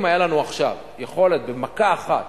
אם היתה לנו עכשיו יכולת במכה אחת